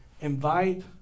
invite